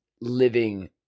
living